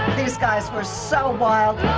these guys were so wild.